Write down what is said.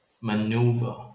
maneuver